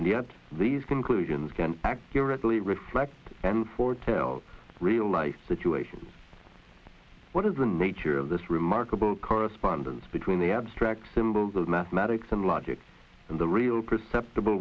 and yet these conclusions can accurately reflect foretell real life situations what is the nature of this remarkable correspondence between the abstract symbols of mathematics and logic in the real percepti